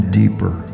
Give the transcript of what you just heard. deeper